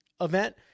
event